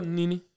nini